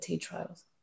trials